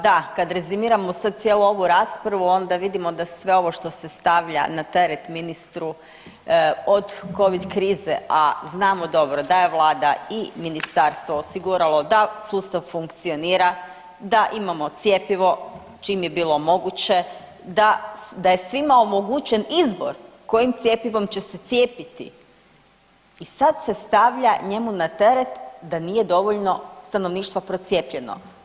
Da, kad rezimiramo sad cijelu ovu raspravu onda vidimo da sve ovo što se stavlja na teret ministru od covid krize, a znamo dobro da je vlada i ministarstvo osiguralo da sustav funkcionira, da imamo cjepivo čim je bilo moguće, da je svima omogućen izbor kojim cjepivom će se cijepiti i sad se stavlja njemu na teret da nije dovoljno stanovništva procijepljeno.